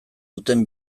duten